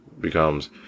becomes